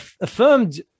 affirmed